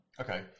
Okay